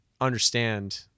understand